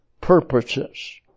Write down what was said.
purposes